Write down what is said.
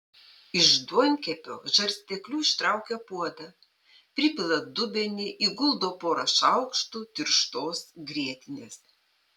iš duonkepio žarstekliu ištraukia puodą pripila dubenį įguldo porą šaukštų tirštos grietinės